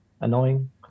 annoying